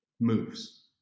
moves